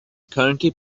currently